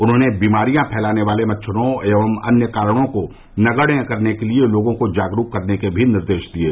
उन्होंने बीमारियां फैलाने वाले मच्छरों एवं अन्य कारणों को नगण्य करने के लिए लोगों को जागरूक करने के भी निर्देश दिये